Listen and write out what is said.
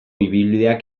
ibilbideak